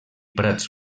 prats